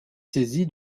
saisi